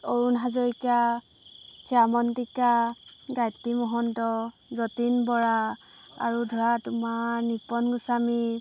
অৰুণ হাজৰিকা শ্যামণটিকা গায়িত্ৰী মহন্ত যতীন বৰা আৰু ধৰা তোমাৰ নিপন গোস্বামী